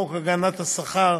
חוק הגנת השכר,